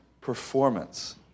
performance